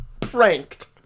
Pranked